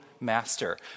master